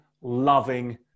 loving